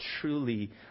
truly